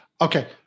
Okay